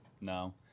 No